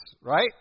right